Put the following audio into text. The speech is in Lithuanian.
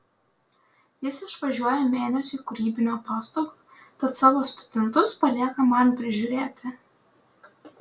jis išvažiuoja mėnesiui kūrybinių atostogų tad savo studentus palieka man prižiūrėti